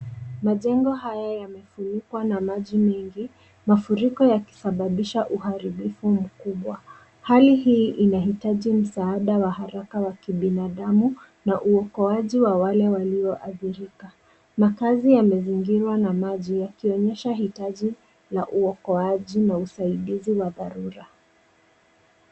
Majengo haya yamefunikwa na maji mingi. Mafuriko yakisababisha uharibifu mkubwa. Hali hii inahitaji msaada wa haraka wa kibinadamu na uokaji wa wale walioadhirika. Makazi yamezingirwa na maji yakionyesha hitaji la uokaji na usaidizi wa dharura.